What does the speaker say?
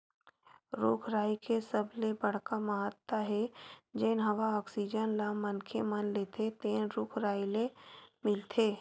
रूख राई के सबले बड़का महत्ता हे जेन हवा आक्सीजन ल मनखे मन लेथे तेन रूख राई ले मिलथे